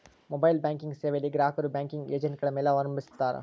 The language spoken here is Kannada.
ಮೊಬೈಲ್ ಬ್ಯಾಂಕಿಂಗ್ ಸೇವೆಯಲ್ಲಿ ಗ್ರಾಹಕರು ಬ್ಯಾಂಕಿಂಗ್ ಏಜೆಂಟ್ಗಳ ಮೇಲೆ ಅವಲಂಬಿಸಿರುತ್ತಾರ